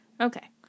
Okay